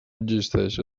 existeix